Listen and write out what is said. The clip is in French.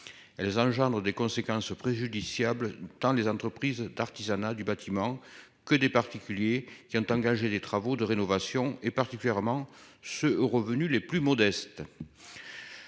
Elles engendrent des conséquences préjudiciables tant les entreprises d'artisanat du bâtiment, que des particuliers qui ont engagé des travaux de rénovation et particulièrement ceux aux revenus les plus modestes.